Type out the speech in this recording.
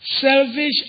selfish